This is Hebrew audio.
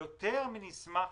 יותר מנשמח